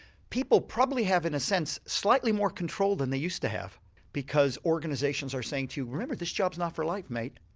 people probably have in a sense slightly more control than they used to have because organisations are saying to you remember this job's not for life mate.